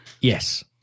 Yes